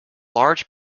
large